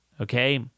Okay